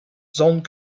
zones